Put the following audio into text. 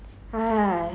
ten million okay [wha]